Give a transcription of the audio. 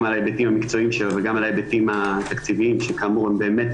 גם על ההיבטים המקצועיים שלו וגם על ההיבטים התקציביים שכאמור הם באמת